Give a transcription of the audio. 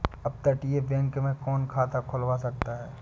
अपतटीय बैंक में कौन खाता खुलवा सकता है?